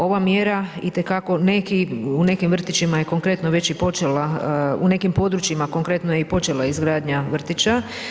Ova mjera, itekako, u nekim vrtićima je konkretno već i počela, u nekim područjima, je konkretno i počela izgradnja vrtića.